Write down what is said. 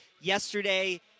yesterday